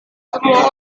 semua